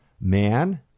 man